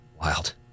wild